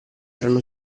erano